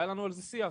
היה לנו על זה שיח.